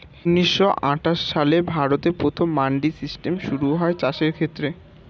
ঊন্নিশো আটাশ সালে ভারতে প্রথম মান্ডি সিস্টেম শুরু হয় চাষের ক্ষেত্রে